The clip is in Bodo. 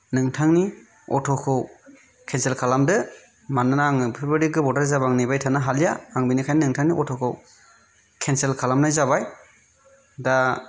नोंथांनि अट'खौ केन्सेल खालामदो मानोना आङो बेफोरबादि गोबावद्राय जाब्ला आं नेबाय थानो हालिया आं बेनिखायनो नोंथांनि अट'खौ केन्सेल खालामनाय जाबाय दा